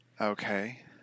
Okay